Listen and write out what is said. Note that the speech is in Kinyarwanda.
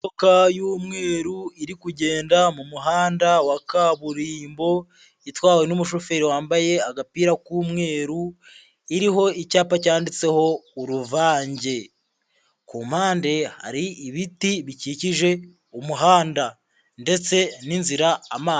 Imodoka y'umweru iri kugenda mu muhanda wa kaburimbo, itwawe n'umushoferi wambaye agapira k'umweru, iriho icyapa cyanditseho uruvange. ku mpande hari ibiti bikikije umuhanda ndetse n'inzira amazi.